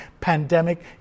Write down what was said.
pandemic